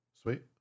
sweet